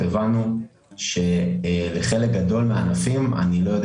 הבנו שלחלק גדול מהענפים אני לא יודע